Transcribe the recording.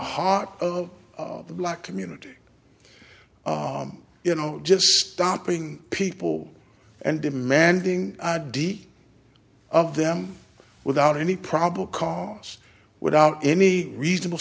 heart of the black community you know just stopping people and demanding id of them without any problem because without any reasonable